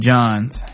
John's